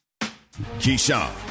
Keyshawn